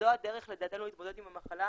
וזו הדרך לדעתנו להתמודד עם המחלה,